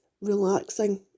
relaxing